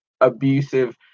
abusive